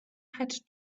had